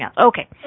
okay